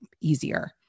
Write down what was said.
easier